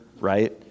right